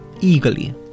eagerly